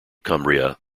cumbria